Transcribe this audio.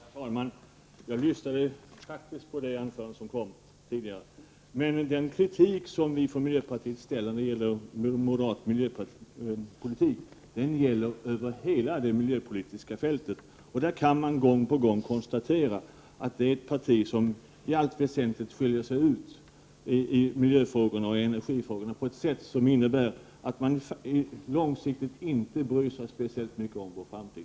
Herr talman! Jag lyssnade faktiskt på det tidigare anförandet. Den kritik som miljöpartiet har riktat mot moderat miljöpolitik gäller hela det miljöpolitiska fältet. Man kan gång på gång konstatera att moderata samlingspartiet är ett parti som i allt väsentligt skiljer sig ut i energioch miljöfrågorna på ett sätt som innebär att man långsiktigt inte bryr sig särskilt mycket om vår framtid.